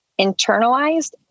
internalized